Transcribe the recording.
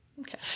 Okay